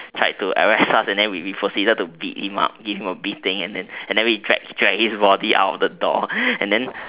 tried to arrest us and then we proceeded to beat him us give him a beating drag him out of the door and then